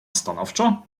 stanowczo